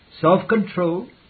self-control